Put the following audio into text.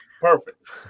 Perfect